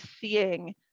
seeing